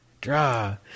Draw